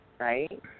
Right